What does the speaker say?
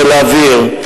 חיל האוויר,